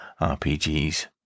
RPGs